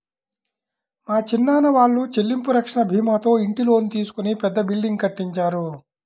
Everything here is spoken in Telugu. మా చిన్నాన్న వాళ్ళు చెల్లింపు రక్షణ భీమాతో ఇంటి లోను తీసుకొని పెద్ద బిల్డింగ్ కట్టించారు